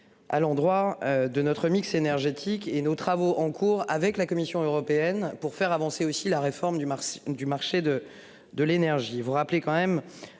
À l'endroit de notre mix énergétique et nos travaux en cours avec la Commission européenne pour faire avancer aussi la réforme du marché du marché